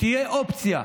שתהיה אופציה,